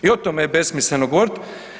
I o tome je besmisleno govoriti.